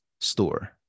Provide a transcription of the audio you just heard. store